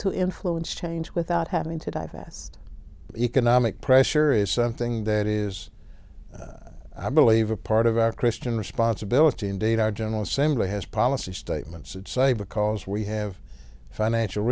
to influence change without having to divest economic pressure is something that is i believe a part of our christian responsibility in data our general assembly has policy statements that say because we have financial